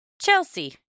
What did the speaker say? Chelsea